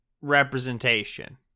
representation